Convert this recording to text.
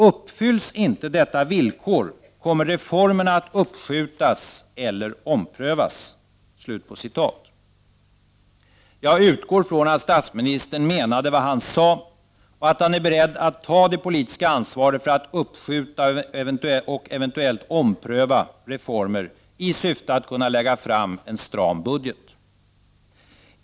Uppfylls inte detta villkor kommer reformerna att uppskjutas eller omprövas.” Jag utgår ifrån att statsministern menade vad han sade och nu är beredd att ta det politiska ansvaret för att uppskjuta och eventuellt ompröva reformer i syfte att kunna lägga fram en stram budget.